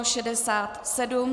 67.